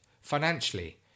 financially